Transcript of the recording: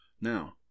Now